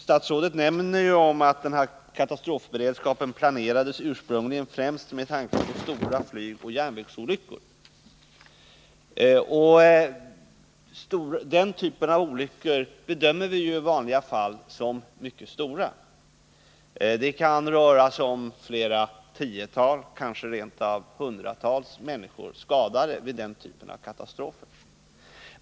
Statsrådet säger: ”Katastrofberedskapen planerades ursprungligen främst med tanke på stora flygoch järnvägsolyckor ——--.” Sådana bedömer vi i vanliga fall som mycket stora olyckor — det kan röra sig om flera tiotal eller kanske rent av hundratals skadade människor vid den typen av katastrofer.